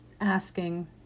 asking